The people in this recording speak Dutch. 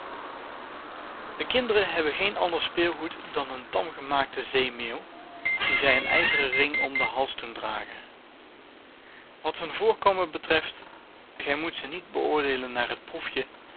de kinderen hebben geen ander speelgoed dan een tamgemaakte zeemeeuw die zij een ijzeren ring om den hals doen dragen wat hun voorkomen betreft gij moet ze niet beoordeelen naar het proefje